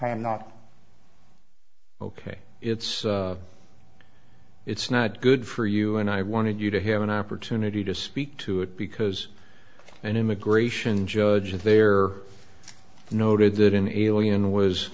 am not ok it's it's not good for you and i wanted you to have an opportunity to speak to it because an immigration judge there noted that an alien was